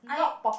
I